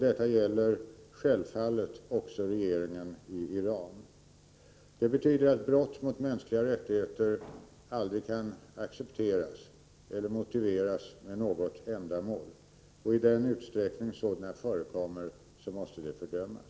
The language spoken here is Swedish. Detta gäller självfallet också regeringen i Iran. Det betyder att brott mot mänskliga rättigheter aldrig kan accepteras eller motiveras med något ändamål. I den utsträckning sådana brott förekommer måste de fördömas.